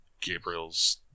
Gabriel's